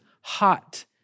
hot